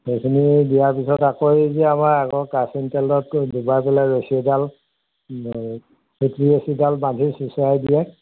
সেইখিনি দিয়াৰ পিছত আকৌ এই যে আমাৰ আগৰ কেৰাচিন তেলত দুবাই পেলাই ৰছী এডাল এই চুটি ৰছীডাল বান্ধি চুঁচৰাই দিয়ে